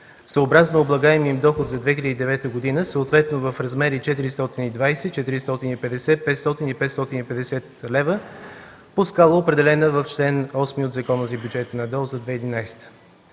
съобразно облагаемия доход за 2009 г., съответно в размери 420, 450, 500 и 550 лв. по скала, определена в чл. 8 от Закона за бюджета на ДОО за 2011